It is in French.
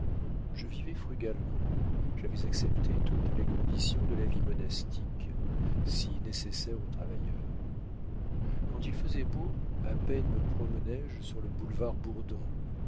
je vivais frugalement j'avais accepté toutes les conditions de la vie monastique si nécessaire aux travailleurs quand il faisait beau à peine me promenais je sur le boulevard bourdon